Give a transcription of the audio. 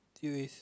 you is